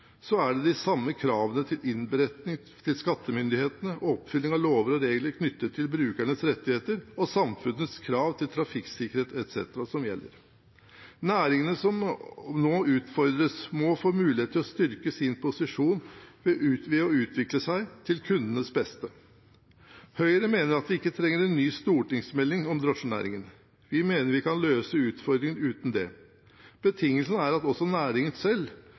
er det de samme kravene til innberetning til skattemyndighetene og oppfylling av lover og regler knyttet til brukernes rettigheter og samfunnets krav til trafikksikkerhet etc. som gjelder. Næringene som nå utfordres, må få mulighet til å styrke sin posisjon ved å utvikle seg – til kundenes beste. Høyre mener at vi ikke trenger en ny stortingsmelding om drosjenæringen. Vi mener vi kan løse utfordringene uten det. Betingelsen er at også næringen selv